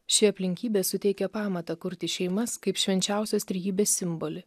ši aplinkybė suteikė pamatą kurti šeimas kaip švenčiausios trejybės simbolį